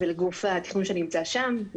ולגוף התכנון שנמצא שם.